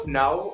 now